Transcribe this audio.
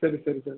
ಸರಿ ಸರಿ ಸರಿ